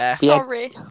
Sorry